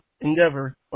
endeavor